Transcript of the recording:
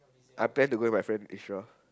I plan to go with my friend Israel